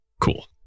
Cool